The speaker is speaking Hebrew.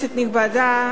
כנסת נכבדה,